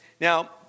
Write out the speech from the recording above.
now